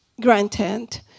granted